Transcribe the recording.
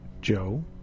Joe